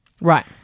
Right